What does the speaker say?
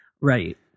Right